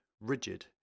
rigid